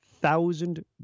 thousand